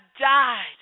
died